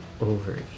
over